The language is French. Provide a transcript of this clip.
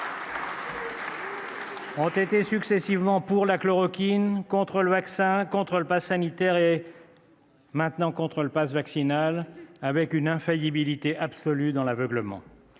ont été successivement pour la chloroquine, contre le vaccin, contre le passe sanitaire et maintenant contre le passe vaccinal, avec une infaillibilité absolue dans l'aveuglement.